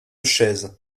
chaises